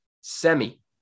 Semi